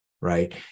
right